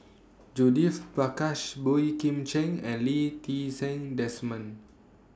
Judith Prakash Boey Kim Cheng and Lee Ti Seng Desmond